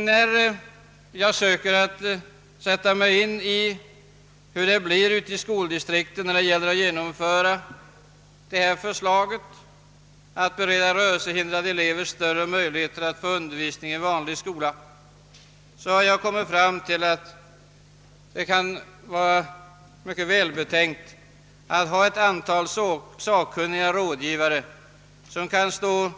| När jag sökt tänka mig in i hur det blir ute i skoldistrikten vid genomförandet av förslaget att bereda rörelsehindrade elever större möjligheter att få undervisning i en vanlig skola, har jag funnit att det — som jag framhöll är välbetänkt att ha ett antal sakkunniga rådgivare som kan stå